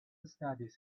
studies